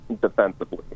defensively